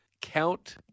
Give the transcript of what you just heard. Count